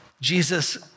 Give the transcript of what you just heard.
Jesus